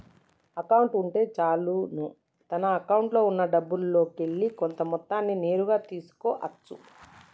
account ఉంటే చాలును తన అకౌంట్లో ఉన్నా డబ్బుల్లోకెల్లి కొంత మొత్తాన్ని నేరుగా తీసుకో అచ్చు